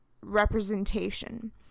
representation